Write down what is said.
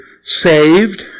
saved